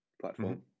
platform